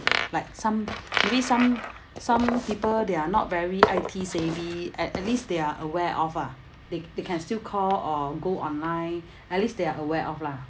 like some maybe some some people they are not very I_T savvy at at least they are aware of ah they they can still call or go online at least they are aware of lah